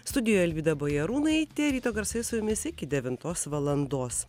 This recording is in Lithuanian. studijoj alvyda bajarūnaitė ryto garsai su jumis iki devintos valandos